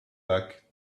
luck